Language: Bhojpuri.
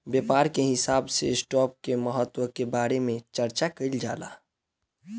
व्यापार के हिसाब से स्टॉप के महत्व के बारे में चार्चा कईल जाला